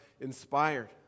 inspired